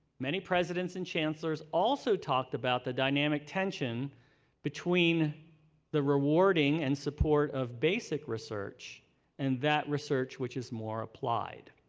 many presidents and chancellors also talked about the dynamic tension between the rewarding rewarding and support of basic research and that research which is moore played.